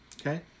Okay